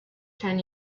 ten